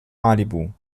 malibu